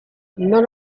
non